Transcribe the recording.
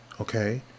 okay